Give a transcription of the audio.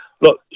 Look